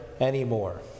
anymore